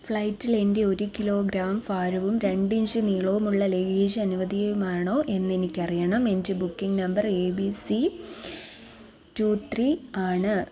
ഫ്ലൈറ്റിൽ എൻ്റെ ഒരു കിലോ ഗ്രാം ഭാരവും രണ്ട് ഇഞ്ച് നീളവുമുള്ള ലഗേജ് അനുവദീയമാണോ എന്നെനിക്കറിയണം എൻ്റെ booking number A B C two three ആണ്